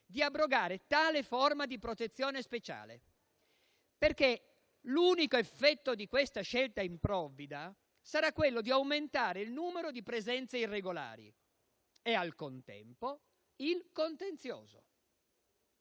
di abrogare tale forma di protezione speciale. L'unico effetto di questa scelta improvvida sarà aumentare il numero di presenze irregolari e, al contempo, il contenzioso.